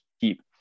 keep